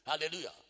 Hallelujah